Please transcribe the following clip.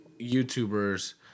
YouTubers